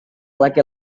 laki